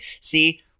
See